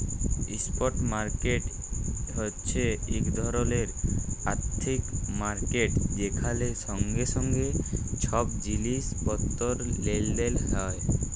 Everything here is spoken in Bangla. ইস্প্ট মার্কেট হছে ইক ধরলের আথ্থিক মার্কেট যেখালে সঙ্গে সঙ্গে ছব জিলিস পত্তর লেলদেল হ্যয়